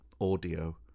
audio